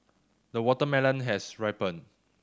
the watermelon has ripened